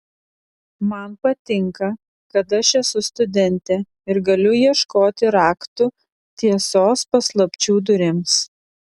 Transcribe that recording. man patinka kad aš esu studentė ir galiu ieškoti raktų tiesos paslapčių durims